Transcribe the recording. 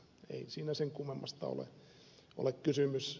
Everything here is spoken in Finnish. ei siinä sen kummemmasta ole kysymys